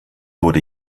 wurde